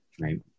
Right